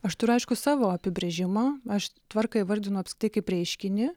aš turiu aišku savo apibrėžimą aš tvarką įvardinu apskritai kaip reiškinį